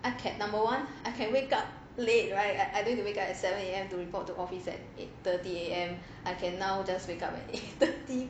I can number one I can wake up late right I I don't need to wake up at seven have to report to office at eight thirty A_M I can now just wake up already eight thirty